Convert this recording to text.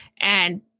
and-